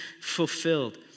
fulfilled